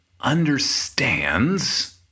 understands